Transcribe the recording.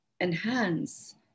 enhance